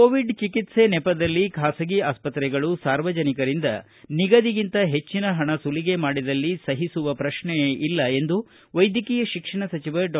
Covid ಚಿಕಿತ್ಸೆ ನೆಪದಲ್ಲಿ ಖಾಸಗಿ ಆಸ್ಪತ್ರೆಗಳು ಸಾರ್ವಜನಿಕರಿಂದ ನಿಗದಿಗಿಂತ ಹೆಚ್ಚಿನ ಪಣ ಸುಲಿಗೆ ಮಾಡಿದಲ್ಲಿ ಸಹಿಸುವ ಪ್ರಶ್ನೆಯೇ ಇಲ್ಲ ಎಂದು ವೈದ್ಯಕೀಯ ಶಿಕ್ಷಣ ಸಚಿವ ಡಾ